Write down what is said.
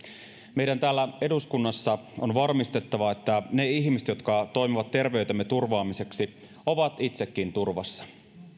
meidän täällä eduskunnassa on varmistettava että ne ihmiset jotka toimivat terveytemme turvaamiseksi ovat itsekin turvassa